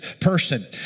person